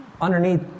Underneath